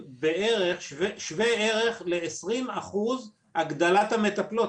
כשווה ערך לעשרים אחוז הגדלת המטפלות,